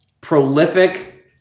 prolific